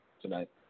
tonight